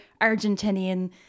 argentinian